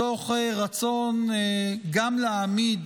מתוך רצון גם להעמיד